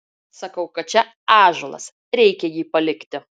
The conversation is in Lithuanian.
sakau kad čia ąžuolas reikia jį palikti